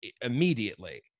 immediately